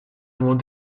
avons